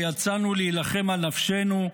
ויצאנו להילחם על נפשנו,